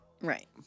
Right